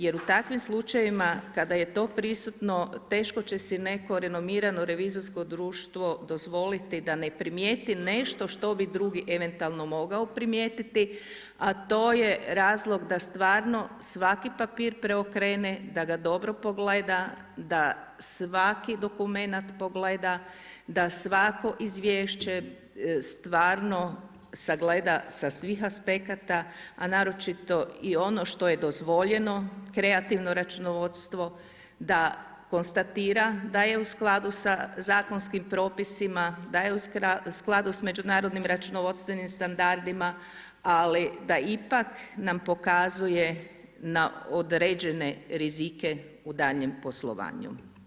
Jer u takvim slučajevima kada je to prisutno teško će si neko renomirano revizorsko društvo dozvoliti da ne primijeti nešto što bi drugi eventualno mogao primijetiti a to je razlog da stvarno svaki papir preokrene, da ga dobro pogleda, da svaki dokument pogleda, da svako izvješće stvarno sagleda sa svih aspekata a naročito i ono što je dozvoljeno kreativno računovodstvo, da konstatira da je u skladu sa zakonskim propisima, da je u skladu sa međunarodnim računovodstvenim standardima ali da ipak nam pokazuje na određene rizike u daljnjem poslovanju.